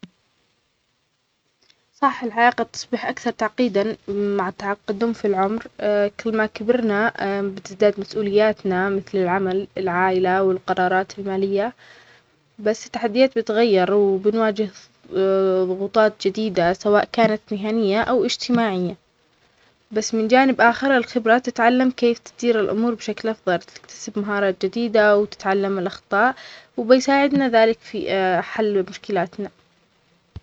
نعم، الحياة يمكن تصير أكثر تعقيد مع التقدم في العمر. مع مرور الوقت، تزيد المسؤوليات مثل العمل، العائلة، والقرارات المهمة. بعد، التحديات مثل الصحة والمستقبل المالي تدخل في الصورة. بس مع التجربة، بنعرف كيف نواجه هالتعقيدات ونعيش بطريقة أفضل.